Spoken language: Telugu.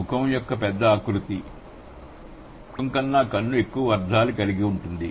ముఖం ఒక పెద్ద ఆకృతి కన్ను దానిలోని ఒక మూలకం మాత్రమే కాని ముఖం కన్నా కన్ను ఎక్కువ అర్థాలు కలిగి ఉంటుంది